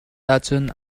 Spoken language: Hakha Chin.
ahcun